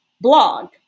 blog